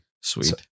sweet